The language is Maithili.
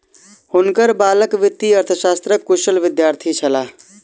हुनकर बालक वित्तीय अर्थशास्त्रक कुशल विद्यार्थी छलाह